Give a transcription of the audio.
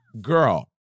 Girl